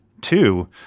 two